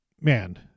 man